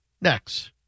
Next